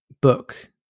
book